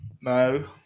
No